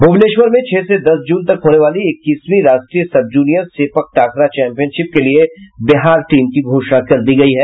भुवनेश्वर में छह से दस जून तक होने वाली इक्कीसवीं राष्ट्रीय सब जूनियर सेपकटाकरा चैंपियनशिप के लिये बिहार टीम की घोषणा कर दी गयी है